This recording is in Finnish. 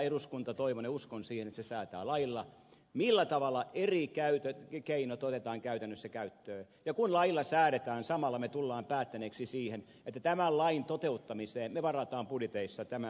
eduskunta toivon ja uskon siihen säätää lailla millä tavalla eri keinot otetaan käytännössä käyttöön ja kun lailla säädetään samalla me tulemme päättäneeksi sen että tämän lain toteuttamiseen me varaamme budjeteissa tämän määrän rahaa